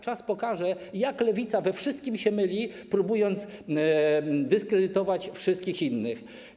Czas pokaże, jak Lewica we wszystkim się myli, próbując dyskredytować wszystkich innych.